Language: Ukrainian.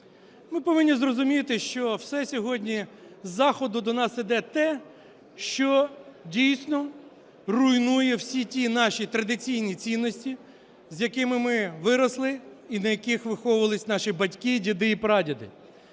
Ми повинні зрозуміти, що все сьогодні з Заходу до нас йде те, що дійсно руйнує всі ті наші традиційні цінності, з якими ми виросли і на яких виховувались наші батьки, діди і прадіди.